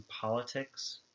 politics